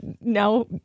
now